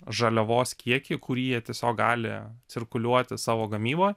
žaliavos kiekį kurį jie tiesiog gali cirkuliuoti savo gamyboj